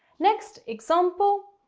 next example.